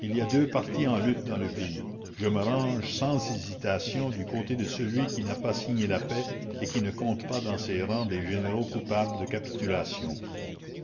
il y a deux partis en lutte dans le pays je me range sans hésitation du côté de celui qui n'a pas signé la paix et qui ne compte pas dans ses rangs des généraux coupables de capitulation